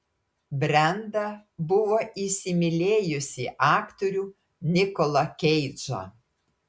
brenda buvo įsimylėjusi aktorių nikolą keidžą